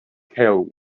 kale